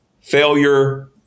failure